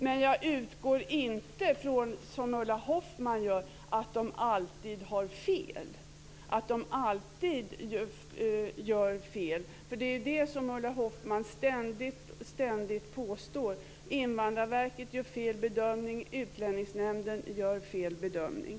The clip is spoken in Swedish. Men jag utgår inte heller, som Ulla Hoffmann gör, från att de alltid har fel. Det är ju det som Ulla Hoffmann ständigt påstår: Invandrarverket gör fel bedömning. Utlänningsnämnden gör fel bedömning.